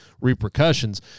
repercussions